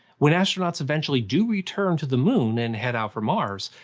when astronauts eventually do return to the moon and head out for mars,